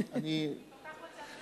אני כל כך רוצה לדבר,